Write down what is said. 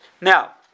now